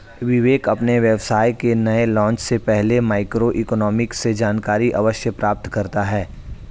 विवेक अपने व्यवसाय के नए लॉन्च से पहले माइक्रो इकोनॉमिक्स से जानकारी अवश्य प्राप्त करता है